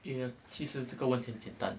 err 其实这个问题简单